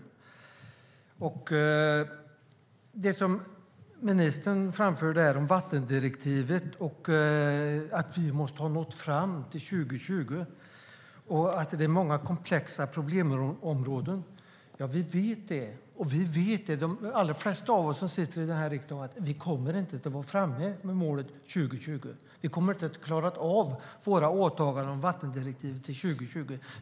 Vi känner till det som ministern framförde om vattendirektivet, att vi måste ha nått fram till 2020 och att det finns många komplexa problemområden. Vi vet det. De allra flesta av oss som sitter i den här riksdagen vet att vi inte kommer att vara framme vid målet 2020. Vi kommer inte att ha klarat av våra åtaganden om vattendirektivet till 2020.